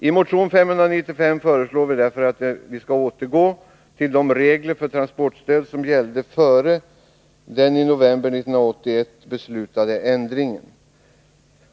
I motionen 595 föreslår vi därför en återgång till de regler för transportstöd som gällde före den i november 1981 beslutade ändringen.